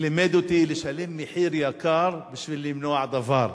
לימד אותי לשלם מחיר יקר בשביל למנוע דבר,